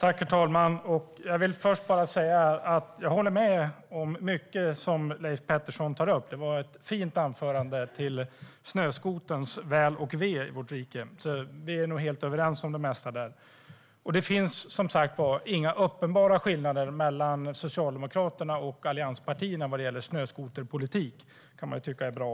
Herr talman! Jag håller med om mycket av det som Leif Pettersson tog upp. Det var ett fint anförande för snöskoterns väl och ve i vårt rike. Vi är nog helt överens om det mesta där. Det finns, som sagt, inga uppenbara skillnader mellan Socialdemokraterna och allianspartierna när det gäller snöskoterpolitiken. Det kan man också tycka är bra.